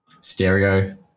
stereo